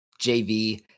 JV